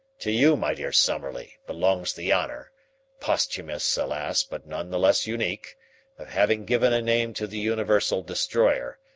to you, my dear summerlee, belongs the honour posthumous, alas, but none the less unique having given a name to the universal destroyer,